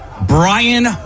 Brian